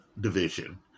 division